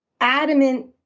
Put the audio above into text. adamant